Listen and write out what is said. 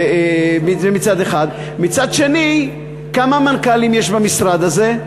מצד אחד, מצד שני, כמה מנכ"לים יש במשרד הזה?